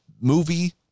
movie